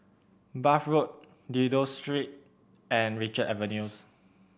Bath Road Dido Street and Richards Avenues